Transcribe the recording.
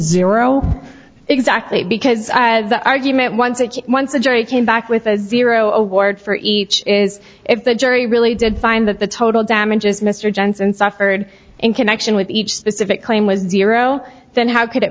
zero exactly because i had the argument once that once a jury came back with a zero award for each is if the jury really did find that the total damages mr jensen suffered in connection with each specific claim was dear oh then how could